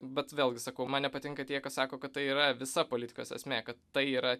bet vėlgi sakau man nepatinka tie kas sako kad tai yra visa politikos esmė kad tai yra